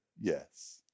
yes